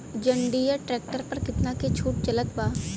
जंडियर tractor पर कितना के छूट चलत बा?